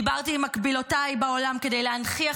דיברתי עם מקבילותיי בעולם כדי להנכיח